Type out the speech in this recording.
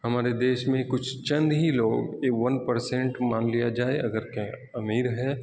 ہمارے دیس میں کچھ چند ہی لوگ اے ون پرسینٹ مان لیا جائے اگر کہ امیر ہیں